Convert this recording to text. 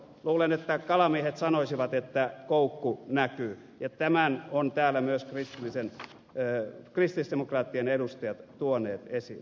luulen että kalamiehet sanoisivat että koukku näkyy ja tämän ovat täällä myös kristillisdemokraattien edustajat tuoneet esiin